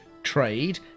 trade